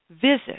Visit